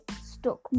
stuck